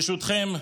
ברשותכם,